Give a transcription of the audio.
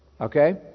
Okay